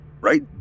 right